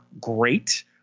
Great